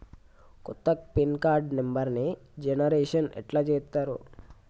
కొత్త pin card నెంబర్ని generation ఎట్లా చేత్తరు?